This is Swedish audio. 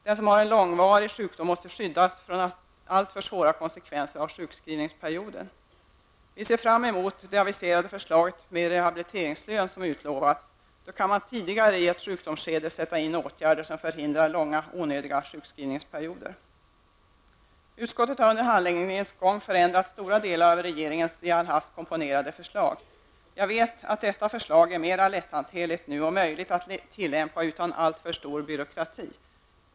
Den som har en långvarig sjukdom måste skyddas från alltför svåra konsekvenser av sjukskrivningsperioden. Vi ser fram emot det aviserade och utlovade förslaget med rehabiliteringslön. Då kan man sätta in åtgärder tidigare i ett sjukdomsskede för att förhindra långa onödiga sjukskrivningsperioder. Utskottet har under handläggningens gång förändrat stora delar av regeringens i all hast komponerade förslag. Jag vet att förslaget är mer lätthanterligt nu, och att det är möjligt att tillämpa det utan alltför stor byråkrati.